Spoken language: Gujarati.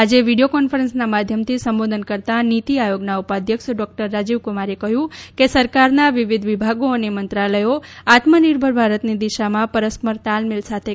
આજે વીડિયો કોન્ફરન્સના માધ્યમથી સંબોધન કરતાં નીતિ આયોગના ઉપાધ્યક્ષ ડોક્ટર રાજીવકુમારે કહ્યું કે સરકારના વિવિધ વિભાગો અને મંત્રાલયો આત્મિનિર્ભર ભારતની દિશામાં પરસ્પર તાલમેલ સાથે કામ કરે છે તે સારી બાબત છે